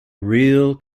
real